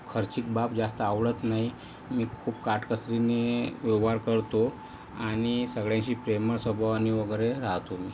खर्चिक बाब जास्त आवडता नाही मी खूप काटकसरीने व्यवहार करतो आणि सगळ्यांशी प्रेमळ स्वभावाने वगैरे राहतो मी